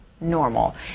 normal